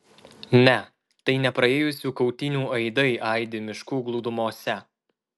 ne tai ne praėjusių kautynių aidai aidi miškų glūdumose